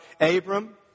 Abram